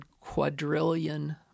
quadrillion